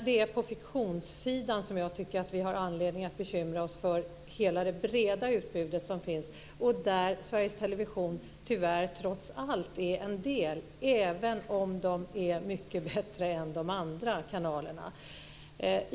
Det är på fiktionssidan som jag tycker att vi har anledning att bekymra oss för hela det breda utbud som finns. Trots allt har Sveriges Television tyvärr en del i detta, även om de är mycket bättre än de andra kanalerna.